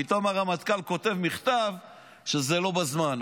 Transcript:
פתאום הרמטכ"ל כתב מכתב שזה לא בזמן.